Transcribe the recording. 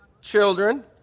children